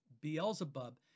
Beelzebub